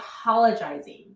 apologizing